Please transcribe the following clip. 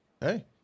Hey